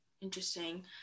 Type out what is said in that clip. interesting